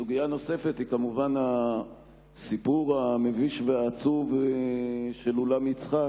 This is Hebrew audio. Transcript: סוגיה נוספת היא כמובן הסיפור המביש והעצוב של אולם-יצחק,